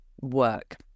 work